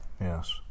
Yes